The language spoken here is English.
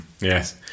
yes